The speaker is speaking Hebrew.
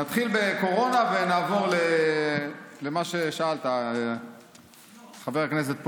נתחיל בקורונה ונעבור למה ששאלת, חבר הכנסת פרוש.